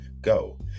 go